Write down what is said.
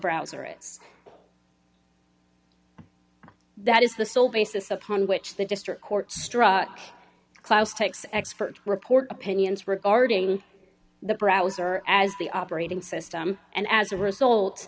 browser is that is the sole basis upon which the district court struck klaus takes expert report opinions regarding the browser as the operating system and as a result